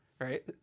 right